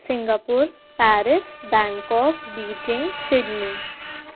Singapore Paris Bangkok Beijing Sydney